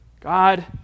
God